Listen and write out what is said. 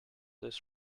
this